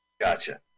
gotcha